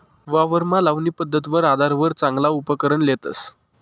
वावरमा लावणी पध्दतवर आधारवर चांगला उपकरण लेतस